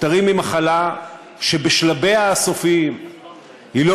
נפטרים ממחלה שבשלביה הסופיים היא לא